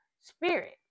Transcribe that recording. Spirit